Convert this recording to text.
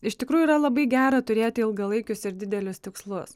iš tikrųjų yra labai gera turėti ilgalaikius ir didelius tikslus